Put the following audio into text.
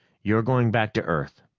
you're going back to earth.